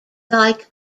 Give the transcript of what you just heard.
like